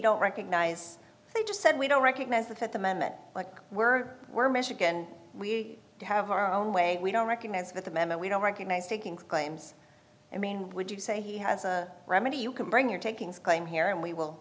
don't recognize they just said we don't recognize that at the moment like we're we're michigan we have our own way we don't recognize that the memo we don't recognize taking claims i mean would you say he has a remedy you can bring your takings claim here and we will